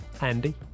andy